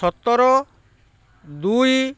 ସତର ଦୁଇ